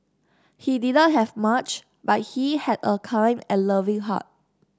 he did not have much but he had a kind and loving heart